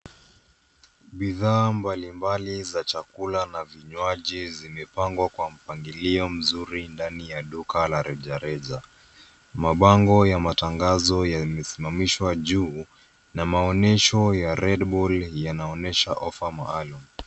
Bidhaa mbalimbali za chakula na vinywaji zimepangwa kwa mpangilio mzuri ndani ya duka la rejareja. Mabango ya matangazo yamesimamishwa juu. Na maonyesho ya red bull yanaonyesha ofa maalumu.